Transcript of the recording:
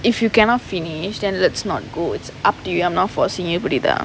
if you cannot finish then let's not go it's up to you I'm not forcing you இப்படிதான்:ippadithaan